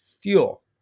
fuel